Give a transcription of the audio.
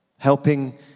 helping